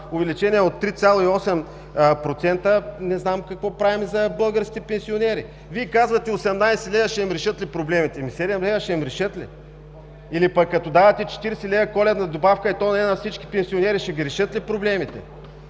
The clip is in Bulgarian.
увеличение от 3,8% не знам какво правим за българските пенсионери. Вие казвате: „18 лв. ще им решат ли проблемите?“, ами 7 лв. ще им ги решат ли? Или пък като давате 40 лв. коледна добавка и то не на всички пенсионери, ще се решат ли проблемите?